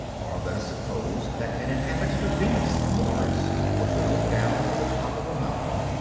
or let us suppose that an inhabitant of venus or mars were to look down from the top of a mountain,